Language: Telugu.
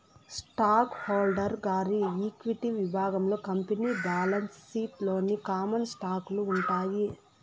స్టాకు హోల్డరు గారి ఈక్విటి విభాగంలో కంపెనీ బాలన్సు షీట్ లోని కామన్ స్టాకులు ఉంటాయి